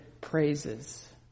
praises